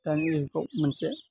दानि जुगाव मोनसे